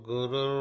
Guru